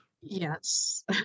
yes